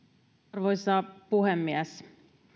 arvoisa puhemies